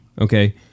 Okay